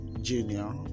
junior